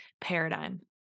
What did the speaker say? paradigm